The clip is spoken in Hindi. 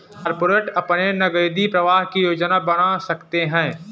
कॉरपोरेट अपने नकदी प्रवाह की योजना बना सकते हैं